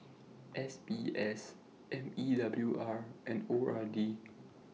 S B S M E W R and O R D